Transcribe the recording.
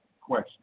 question